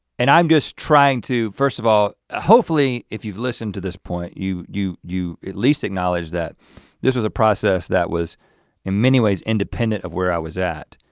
and i'm just trying to first of all ah hopefully, if you've listened to this point, you you at least acknowledge that this was a process that was in many ways independent of where i was at